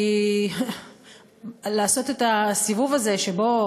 כי לעשות את הסיבוב הזה שבו